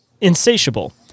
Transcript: insatiable